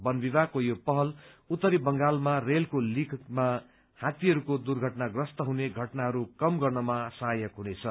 वन विभागको यो पहल उत्तरी बंगालमा रेलको लीकहरूमा हात्तीहरूको दुर्घटनाग्रस्त हुने घटनाहरू कम गर्नमा सहायक हुनेछ